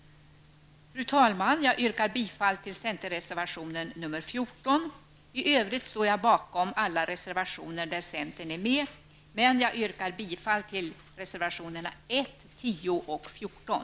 Fru talman! Jag yrkar bifall till centerreservationen nr 14. Jag ställer mig bakom alla reservationer som centern har undertecknat, men jag nöjer mig med att yrka bifall till reservationerna nr 1, 10 och 14.